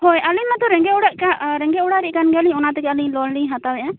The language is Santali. ᱦᱳᱭ ᱟᱹᱞᱤᱧ ᱢᱟᱛᱳ ᱨᱮᱸᱜᱮᱡ ᱚᱲᱟᱜ ᱨᱮᱜᱸᱮᱡ ᱚᱲᱟ ᱨᱤᱡ ᱠᱟᱱ ᱜᱮᱭᱟ ᱞᱤᱧ ᱚᱱᱟᱛᱤᱜᱤ ᱞᱳᱱ ᱞᱤᱧ ᱦᱟᱛᱟᱣ ᱮᱫᱟ